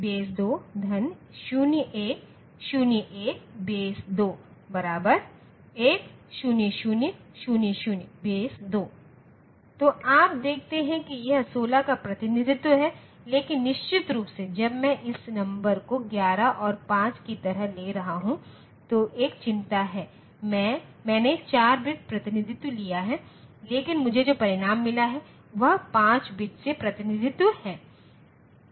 2 2 2 तो आप देखते हैं कि यह 16 का प्रतिनिधित्व है लेकिन निश्चित रूप से जब मैं इस नंबर को 11 और 5 की तरह ले रहा हूं तो एक चिंता है मैंने 4 बिट प्रतिनिधित्व लिया है लेकिन मुझे जो परिणाम मिला है वह 5 बिट से प्रतिनिधित्व है